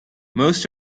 most